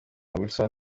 wilson